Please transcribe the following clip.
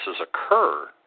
occur